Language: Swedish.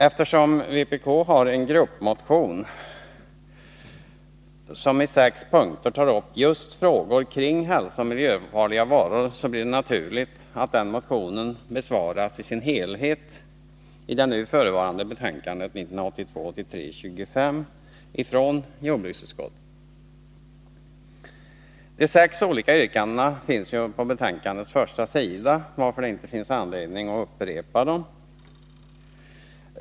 Eftersom vpk har väckt en gruppmotion som i sex punkter tar upp just frågor om hälsooch miljöfarliga varor, blev det naturligt att den motionen i sin helhet behandlades i det nu förevarande betänkandet 1982/83:25 från jordbruksutskottet. De sex olika yrkandena finns återgivna på betänkandets första sida, varför det inte finns anledning att upprepa dem.